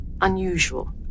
unusual